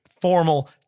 formal